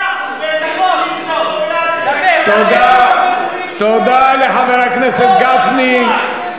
מאה אחוז, זה נכון, תודה לחבר הכנסת גפני.